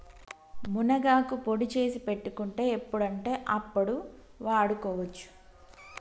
మునగాకు పొడి చేసి పెట్టుకుంటే ఎప్పుడంటే అప్పడు వాడుకోవచ్చు